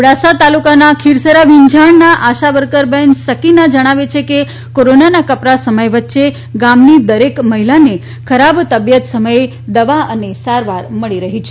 અબડાસા તાલુકાનાં ખીરસરા વિંછાણનાં આશાવર્કર શકીનાં બહેન જણાવે છે કે કોરોનાનાં કપરા સમય વચ્ચે ગામની દરેક મહિલાને ખરાબ તબીયત સમયે દવા અને સારવાર મળી રહી છે